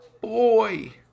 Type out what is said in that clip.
boy